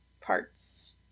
parts